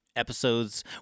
episodes